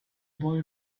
boy